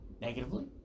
Negatively